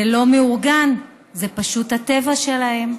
זה לא מאורגן, זה פשוט הטבע שלהם.